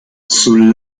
sul